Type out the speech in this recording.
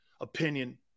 opinion